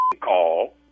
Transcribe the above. call